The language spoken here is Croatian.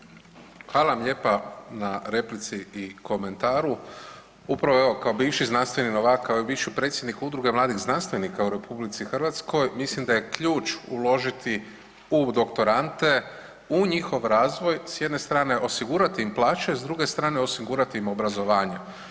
Hvala vam lijepa na replici i komentaru, upravo evo, kao bivši znanstveni novak, kao i bivši predsjednik Udruge mladih znanstvenika u RH, mislim da je ključ uložiti u doktorande, u njihov razvoj, s jedne strane osigurati im plaće, s druge strane osigurati im obrazovanje.